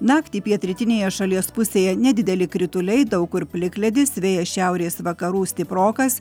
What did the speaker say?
naktį pietrytinėje šalies pusėje nedideli krituliai daug kur plikledis vėjas šiaurės vakarų stiprokas